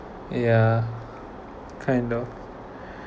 yeah kind of